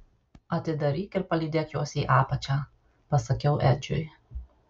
atidaryk ir palydėk juos į apačią pasakiau edžiui